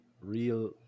real